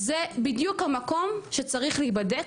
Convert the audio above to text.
זה בדיוק המקום שצריך להיבדק,